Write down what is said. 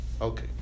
Okay